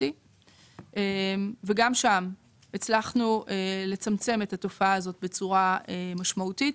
וגם שם הצלחנו לצמצם את התופעה בצורה משמעותית.